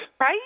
Right